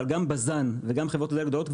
אבל גם בזן וגם חברות הדלק הגדולות,